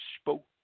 spoke